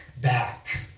back